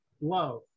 love